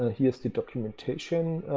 here's the documentation